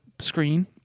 screen